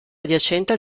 adiacente